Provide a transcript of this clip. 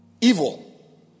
evil